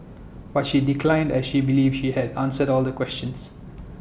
but she declined as she believes she had answered all the questions